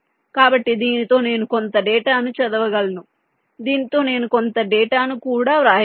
కాబట్టి దీనితో నేను కొంత డేటాను చదవగలను దీనితో నేను కొంత డేటాను కూడా వ్రాయగలను